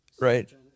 right